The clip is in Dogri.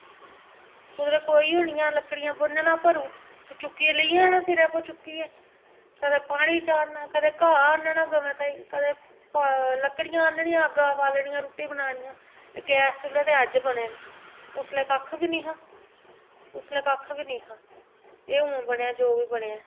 कुद्धरे कोई होनियां लकड़ियां बनन्ना भरोटू ते चुक्किये लेई आना सिरै उप्पर चुक्कियै कदें पानी चाढ़ना कदें घाऽ आह्नना गवें ताहीं कदें लकड़ियां आह्ननियां अग्ग बालनी रुट्टी बनानियां ते गैस चु'ल्ले ते अज्ज बने न उसलै कक्ख बी निं हा उसलै कक्ख बी निं हा एह् हून बनेआ जो बी बनेआ ऐ